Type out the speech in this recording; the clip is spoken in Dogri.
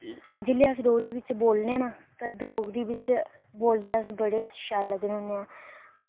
ते जेह्ड़ी अस डोगरी च बोलने ना तां डोगरी बिच बोलदे अस बड़े शैल लग्गने होन्ने आं